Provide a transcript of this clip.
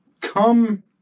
Come